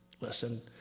listen